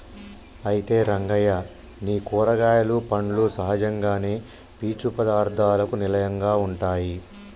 అయితే రంగయ్య నీ కూరగాయలు పండ్లు సహజంగానే పీచు పదార్థాలకు నిలయంగా ఉంటాయి